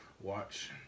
watch